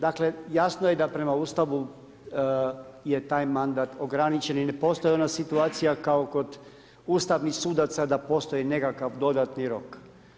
Dakle, jasno je da prema Ustavu je taj mandat ograničen i ne postoji ona situacija kao kod ustavnih sudaca da postoji nekakav dodatni rok.